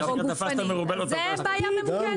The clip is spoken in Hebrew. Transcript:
אז זו בעיה ממוקדת.